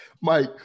Mike